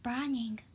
Burning